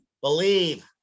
Believe